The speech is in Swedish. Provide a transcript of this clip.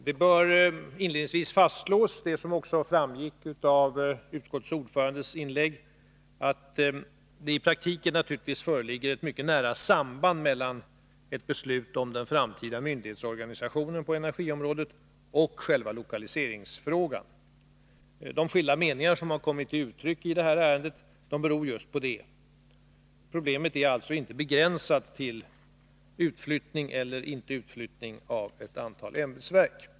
Herr talman! Det bör inledningsvis fastslås, vilket också framgick av utskottsordförandens inlägg, att det i praktiken naturligtvis föreligger ett mycket nära samband mellan ett beslut om den framtida myndighetsorganisationen på energiområdet och själva lokaliseringsfrågan. De skilda meningar som har kommit till uttryck i det här ärendet beror just på det. Problemet är alltså inte begränsat till utflyttning eller inte utflyttning av ett antal ämbetsverk.